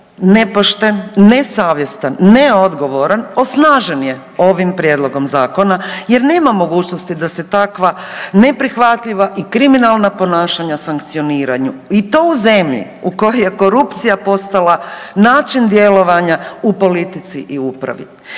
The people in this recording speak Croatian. nepošten, nesavjestan, neodgovoran osnažen je ovim prijedlogom zakona jer nema mogućnosti da se takva neprihvatljiva i kriminalna ponašanja sankcioniraju. I to u zemlji u kojoj je korupcija postala način djelovanja u politici i u upravi.